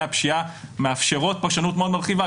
הפשיעה מאפשרות פה שונות מאוד מרחיבה.